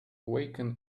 awaken